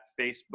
Facebook